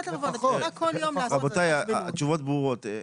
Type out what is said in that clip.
רבותיי, התשובות ברורות.